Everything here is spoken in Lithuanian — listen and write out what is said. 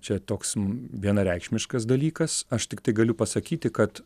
čia toks vienareikšmiškas dalykas aš tiktai galiu pasakyti kad